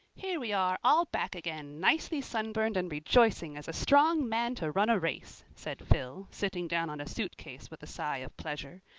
here we are, all back again, nicely sunburned and rejoicing as a strong man to run a race, said phil, sitting down on a suitcase with a sigh of pleasure.